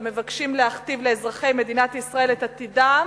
המבקשים להכתיב לאזרחי מדינת ישראל את עתידם,